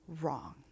wrong